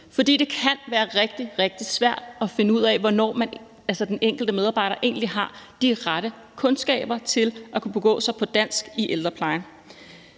For det kan være rigtig, rigtig svært at finde ud af, hvornår den enkelte medarbejder egentlig har de rette kundskaber til at kunne begå sig på dansk i ældreplejen.